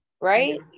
right